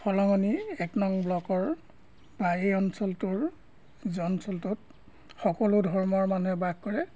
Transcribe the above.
ফলঙনি এক নং ব্লকৰ বা এই অঞ্চলটোৰ জনঅঞ্চলটোত সকলো ধৰ্মৰ মানুহে বাস কৰে